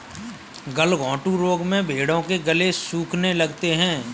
गलघोंटू रोग में भेंड़ों के गले सूखने लगते हैं